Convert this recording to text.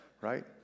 right